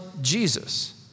Jesus